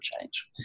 change